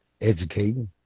educating